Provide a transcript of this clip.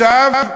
שלכם.